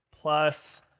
plus